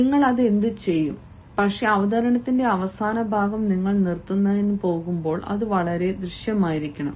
നിങ്ങൾ അത് ചെയ്യും പക്ഷേ അവതരണത്തിന്റെ അവസാന ഭാഗം നിങ്ങൾ നിർത്തുന്നതിനു പോകുമ്പോൾ അത് വളരെ ദൃമായിരിക്കണം